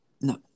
No